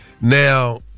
now